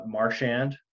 Marshand